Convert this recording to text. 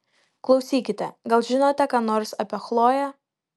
klausykite gal žinote ką nors apie chloję